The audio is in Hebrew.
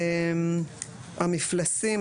מפלסים,